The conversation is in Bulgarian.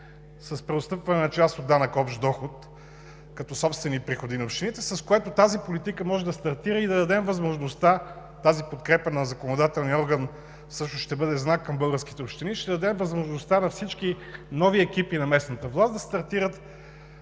с преотстъпване на част от данък общ доход като собствени приходи на общините, с което тази политика може да стартира – тази подкрепа на законодателния орган всъщност ще бъде знак към българските общини, ще дадем възможността на всички нови екипи на местната власт да стартират